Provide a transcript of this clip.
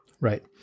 Right